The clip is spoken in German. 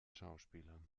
schauspieler